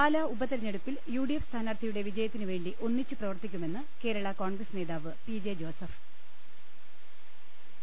പാലാ ഉപതെരഞ്ഞെടുപ്പിൽ യൂഡിഎഫ് സ്ഥാനാർത്ഥിയുടെ വിജയത്തിനുവേണ്ടി ഒന്നിച്ച് പ്രവർത്തിക്കുമെന്ന് കേരള കോൺഗ്രസ് നേതാവ് പി ജെ ജോസഫ്